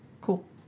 Cool